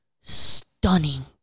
stunning